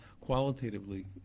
qualitatively